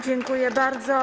Dziękuję bardzo.